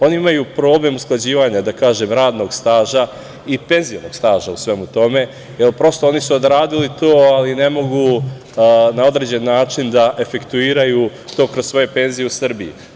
Oni imaju problem usklađivanja radnog staža i penzionog staža u svemu tome, jer oni su odradili tu, ali ne mogu na određen način da efektuiraju to kroz svoje penzije u Srbiji.